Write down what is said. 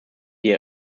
die